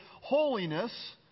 holiness